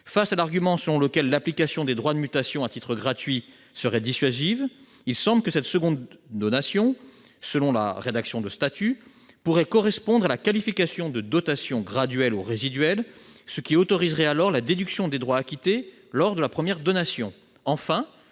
de l'argument selon lequel l'application des droits de mutation à titre gratuit serait dissuasive, il semble que cette seconde donation, selon la rédaction des statuts, puisse correspondre à la qualification de dotation graduelle, ou résiduelle, ce qui autoriserait la déduction des droits acquittés lors de la première donation. Par